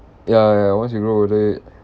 ya ya once you grow older